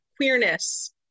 queerness